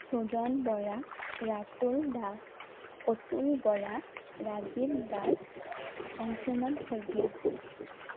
Sujan Bora Ratul Das Atul Bora Rajiv Das Anshuman Saikia